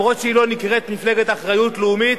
גם אם היא לא נקראת "מפלגת אחריות לאומית",